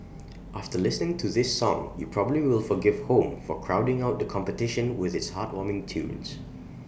after listening to this song you probably will forgive home for crowding out the competition with its heartwarming tunes